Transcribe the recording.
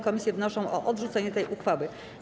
Komisje wnoszą o odrzucenie tej uchwały.